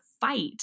fight